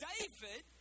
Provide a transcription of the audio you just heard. David